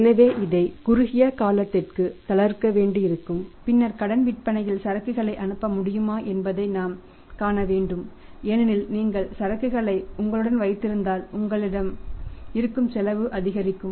எனவே இதை சில குறுகிய காலத்திற்கு தளர்த்த வேண்டியிருக்கும் பின்னர் கடன் விற்பனையில் சரக்குகளை அனுப்ப முடியுமா என்பதை நாம் காண வேண்டும் ஏனெனில் நீங்கள் சரக்குகளை உங்களுடன் வைத்திருந்தால் உங்களிடம் இருக்கும் செலவு அதிகரிக்கும்